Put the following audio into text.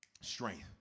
strength